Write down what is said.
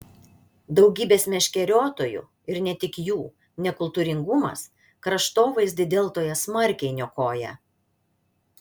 daugybės meškeriotojų ir ne tik jų nekultūringumas kraštovaizdį deltoje smarkiai niokoja